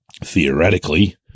theoretically